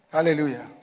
Hallelujah